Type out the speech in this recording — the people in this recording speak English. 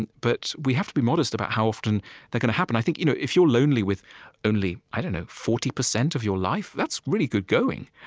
and but we have to be modest about how often they're going to happen. i think you know if you're lonely with only i don't know forty percent of your life, that's really good going.